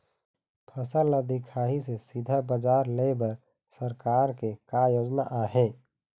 फसल ला दिखाही से सीधा बजार लेय बर सरकार के का योजना आहे?